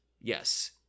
Yes